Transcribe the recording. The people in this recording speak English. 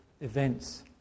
events